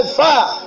fire